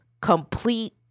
complete